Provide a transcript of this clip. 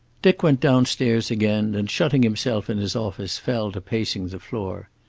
dick went downstairs again and shutting himself in his office fell to pacing the floor.